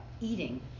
eating